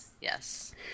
yes